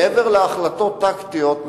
מעבר להחלטות טקטיות,